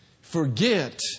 forget